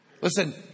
Listen